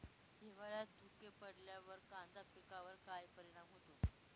हिवाळ्यात धुके पडल्यावर कांदा पिकावर काय परिणाम होतो?